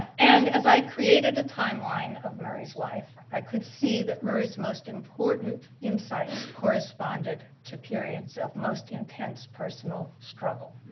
and as i created a timeline of murray's life, i could see that murray's most important insights corresponded to periods of most intense personal struggle.